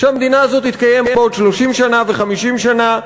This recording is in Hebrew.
שהמדינה הזאת תתקיים בעוד 30 שנה, ו-50 שנה,